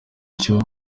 cyo